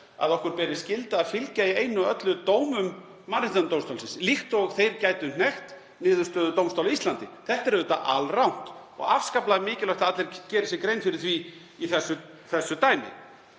að okkur beri skylda til að fylgja í einu og öllu dómum Mannréttindadómstólsins, líkt og þeir gætu hnekkt niðurstöðu dómstóla á Íslandi. Þetta er auðvitað alrangt og afskaplega mikilvægt að allir geri sér grein fyrir því í þessu dæmi.